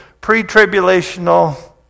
pre-tribulational